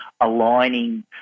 aligning